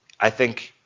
i think,